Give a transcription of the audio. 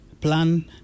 Plan